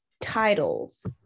titles